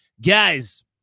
Guys